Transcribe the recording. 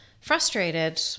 frustrated